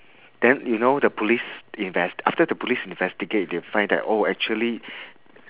then you know the police invest~ after the police investigate they find that oh actually